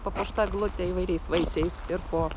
papuošta eglutė įvairiais vaisiais ir po